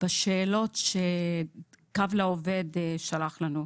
בשאלות שקו לעובד שלח לנו.